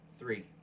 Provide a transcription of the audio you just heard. three